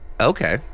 Okay